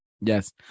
Yes